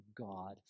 God